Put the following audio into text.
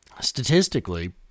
statistically